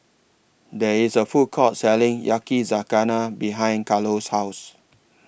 There IS A Food Court Selling Yakizakana behind Carlo's House